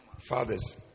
fathers